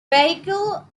vehicle